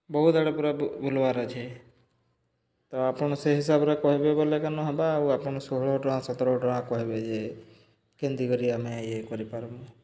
ବହୁତ ଆଡ଼େ ପୁରା ବୁଲ୍ବାର୍ ଅଛେ ତ ଆପଣ୍ ସେ ହିସାବ୍ରେ କହେବେ ବୋଲେ କାନୁ ହେବା ଆଉ ଆପଣ୍ ଷୋହଳ ଟଙ୍କା ସତର୍ ଟଙ୍କା କହେବେ ଯେ କେନ୍ତି କରି ଆମେ ଇଏ କରିପାର୍ମୁ